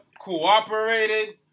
cooperated